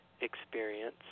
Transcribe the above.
experience